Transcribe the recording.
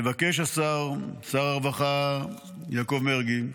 מבקש השר, שר הרווחה יעקב מרגי,